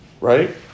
right